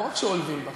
לא רק כשעולבים בך.